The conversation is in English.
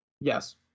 Yes